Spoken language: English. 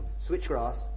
switchgrass